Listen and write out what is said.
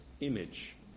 image